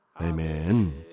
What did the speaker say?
Amen